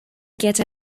get